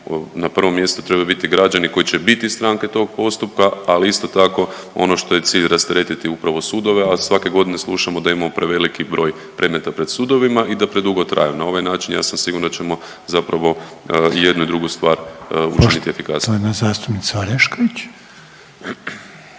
na prvom mjestu trebaju biti građani koji će biti stranke tog postupka, ali isto tako, ono što je cilj, rasteretiti upravo sudove, a svake godine slušamo da imamo preveliki broj predmeta pred sudovima i da predugo traju. Na ovaj način, ja sam siguran da ćemo zapravo i jednu i drugu stvar učiniti efikasnijim. **Reiner, Željko